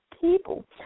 people